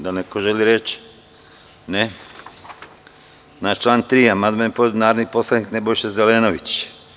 Da li neko želi reč? (Ne.) Na član 3. amandman je podneo narodni poslanik Nebojša Zelenović.